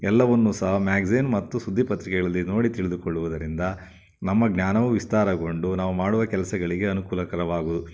ಎಲ್ಲವನ್ನೂ ಸಹ ಮ್ಯಾಗ್ಜಿನ್ ಮತ್ತು ಸುದ್ದಿ ಪತ್ರಿಕೆಗಳಲ್ಲಿ ನೋಡಿ ತಿಳಿದುಕೊಳ್ಳುವುದರಿಂದ ನಮ್ಮ ಜ್ಞಾನವೂ ವಿಸ್ತಾರಗೊಂಡು ನಾವು ಮಾಡುವ ಕೆಲಸಗಳಿಗೆ ಅನುಕೂಲಕರವಾಗುವುದು